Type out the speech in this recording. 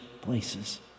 places